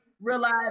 Realize